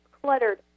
cluttered